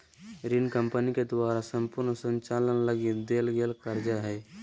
ऋण कम्पनी के द्वारा सम्पूर्ण संचालन लगी देल गेल कर्जा हइ